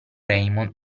raymond